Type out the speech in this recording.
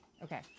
Okay